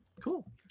Cool